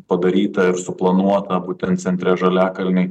padaryta ir suplanuota būtent centre žaliakalny